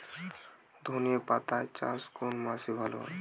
ধনেপাতার চাষ কোন মাসে ভালো হয়?